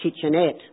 Kitchenette